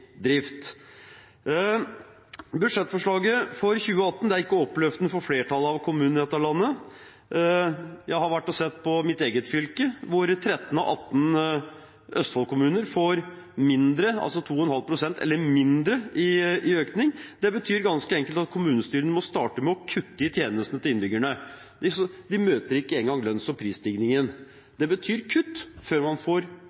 drift. Budsjettforslaget for 2018 er ikke oppløftende for flertallet av kommunene i dette landet. Jeg har sett på mitt eget fylke, Østfold, hvor 13 av 18 kommuner får 2,5 pst. eller mindre i økning. Det betyr ganske enkelt at kommunestyrene må starte med å kutte i tjenestene til innbyggerne, for det møter ikke engang lønns- og prisstigningen. Det betyr kutt før man får